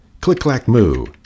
Click-clack-moo